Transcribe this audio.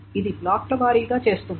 ఇది బ్లాక్ ల వారీగా చేస్తుంది